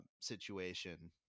situation